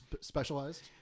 specialized